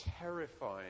terrifying